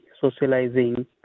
socializing